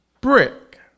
brick